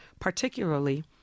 particularly